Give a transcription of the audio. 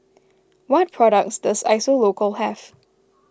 what products does Isocal have